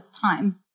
time